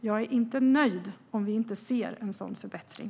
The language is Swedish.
Jag är inte nöjd om vi inte ser en sådan förbättring.